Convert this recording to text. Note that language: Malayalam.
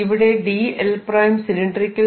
ഇവിടെ dl′ സിലിണ്ടറിക്കൽ